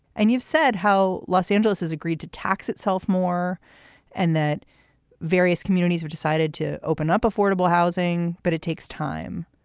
and you've said how los angeles has agreed to tax itself more and that various communities have decided to open up affordable housing. but it takes time.